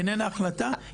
איננה החלטה,